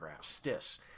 STIS